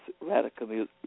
Radicalism